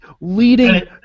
leading